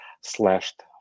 slashed